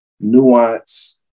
Nuance